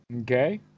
Okay